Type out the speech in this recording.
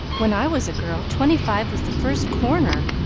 when i was a girl twenty-five was the first corner.